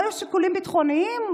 לא היו שיקולים ביטחוניים?